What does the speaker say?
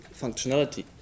functionality